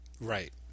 right